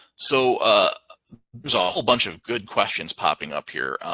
so ah there's ah a whole bunch of good questions popping up here.